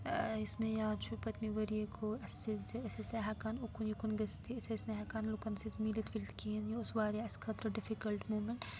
یُس مےٚ یاد چھُ پٔتۍمہِ ؤریہِ گوٚو اَسہِ سۭتۍ زِ أسۍ ٲسۍ نہٕ ہٮ۪کان اُکُن یُکُن گٔژھۍتھٕے أسۍ ٲسۍ نہٕ ہٮ۪کان لُکَن سۭتۍ مِلِتھ وِلِتھ کِہیٖنۍ یہِ اوس واریاہ اَسہِ خٲطرٕ ڈِفِکَلٹ موٗمٮ۪نٛٹ